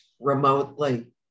remotely